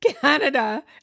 canada